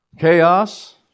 Chaos